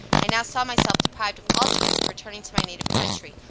i now saw myself deprived of all chance of returning to my native country,